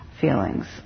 feelings